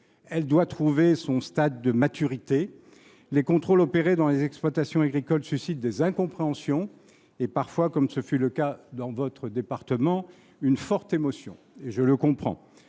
encore arriver à maturité. Les contrôles opérés dans les exploitations agricoles suscitent des incompréhensions et parfois, comme ce fut le cas dans votre département, une forte émotion. Je le comprends.